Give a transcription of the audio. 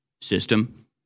system